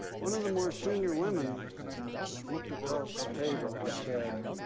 one of the more senior women looked across the table and said,